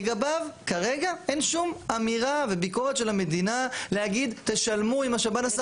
לגביו כרגע אין שום אמירה וביקורת של המדינה להגיד תשלמו אם השב"ן עשה,